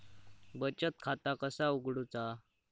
बचत खाता कसा उघडूचा?